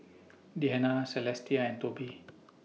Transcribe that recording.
Deana Celestia and Tobi